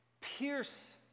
pierce